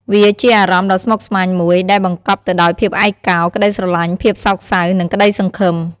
វាជាអារម្មណ៍ដ៏ស្មុគស្មាញមួយ ដែលបង្កប់ទៅដោយភាពឯកកោ ក្ដីស្រឡាញ់ ភាពសោកសៅ និងក្ដីសង្ឃឹម។